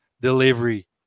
delivery